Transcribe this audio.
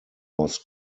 was